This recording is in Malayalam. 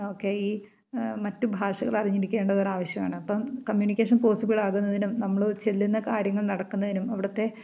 ഒക്കെ ഈ മറ്റു ഭാഷകൾ അറിഞ്ഞിരിക്കേണ്ടത് ഒരു ആവശ്യമാണ് അപ്പം കമ്മ്യൂണിക്കേഷൻ പോസിബിൾ ആകുന്നതിനും നമ്മൾ ചെല്ലുന്ന കാര്യങ്ങൾ നടക്കുന്നതിനും അവിടത്തെ